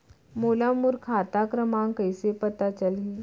मोला मोर खाता क्रमाँक कइसे पता चलही?